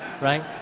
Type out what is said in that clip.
right